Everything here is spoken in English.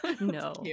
No